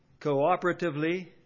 cooperatively